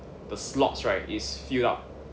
the slots right is filled up